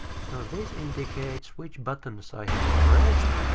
so this indicates which buttons i have pressed.